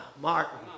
Martin